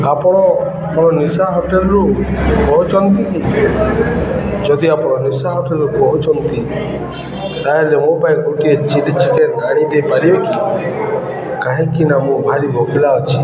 ଆପଣ ଆପଣ ନିଶା ହୋଟେଲରୁ କହୁଛନ୍ତି କି ଯଦି ଆପଣ ନିଶା ହୋଟେଲରୁ କହୁଛନ୍ତି ତାହେଲେ ମୋ ପାଇଁ ଗୋଟିଏ ଚିଲ୍ଲୀ ଚିକେନ୍ ଆଣି ଦେଇପାରିବେ କି କାହିଁକିନା ମୁଁ ଭାରି ଭୋଖିଲା ଅଛି